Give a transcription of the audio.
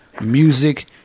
music